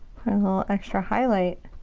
little extra highlight.